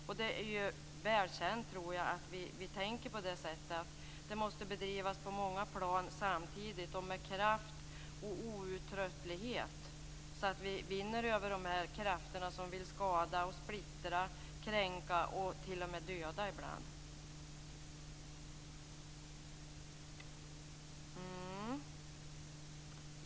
Jag tror att det är välkänt att vi anser att det måste bedrivas på många plan samtidigt och med kraft och outtröttlighet, så att vi vinner över de krafter som vill skada och splittra, kränka och t.o.m. döda ibland.